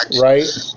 right